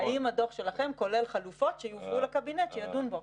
האם הדוח שלכם כולל חלופות שיובאו לקבינט כדי שידון בהן?